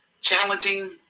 challenging